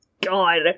God